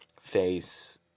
face